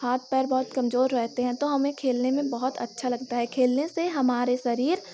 हाथ पैर बहुत कमज़ोर हो जाते हैं तो हमे खेलने में बहुत अच्छा लगता है खेलने से हमारे शरीर